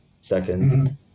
second